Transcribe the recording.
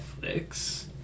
Netflix